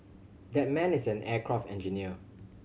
that man is an aircraft engineer